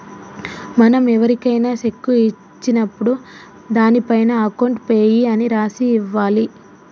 మనం ఎవరికైనా శెక్కు ఇచ్చినప్పుడు దానిపైన అకౌంట్ పేయీ అని రాసి ఇవ్వాలి